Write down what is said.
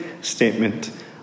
statement